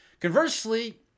Conversely